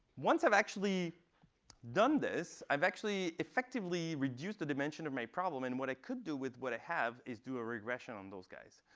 once i've actually done this, i've actually effectively reduced the dimension of my problem. and what i could do with what i have is do a regression on those guys.